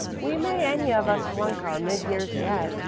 we may any of us flunk our mid-years yet,